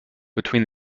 between